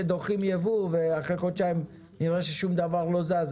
שדוחים יבוא ואחרי חודשיים שום דבר לא זז,